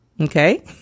Okay